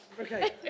Okay